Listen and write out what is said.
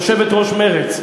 יושבת-ראש מרצ,